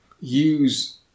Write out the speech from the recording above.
use